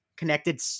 connected